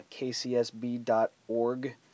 kcsb.org